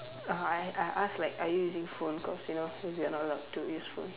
uh I I ask like are you using phone cause you know we are not allowed to use phone